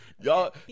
Y'all